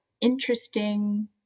interesting